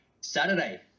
Saturday